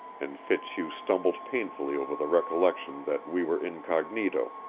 and fitzhugh stumbled painfully over the recollection that we were incognito,